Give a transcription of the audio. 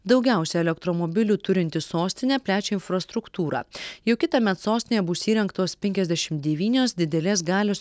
daugiausia elektromobilių turinti sostinė plečia infrastruktūrą jau kitąmet sostinėje bus įrengtos penkiasdešim devynios didelės galios